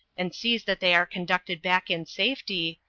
and sees that they are conducted back in safety,